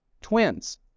twins